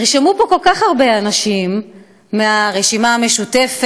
נרשמו פה כל כך הרבה אנשים מהרשימה המשותפת,